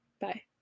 bye